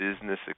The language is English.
business